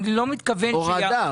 הורדה.